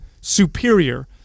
superior